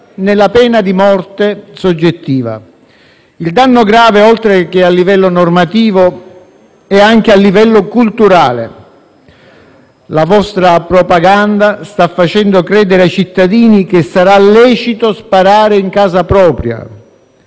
né la pena di morte soggettiva. Il danno grave, oltre che a livello normativo, è anche a livello culturale. La vostra propaganda sta facendo credere ai cittadini che sarà lecito sparare in casa propria